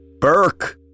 burke